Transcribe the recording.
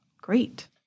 great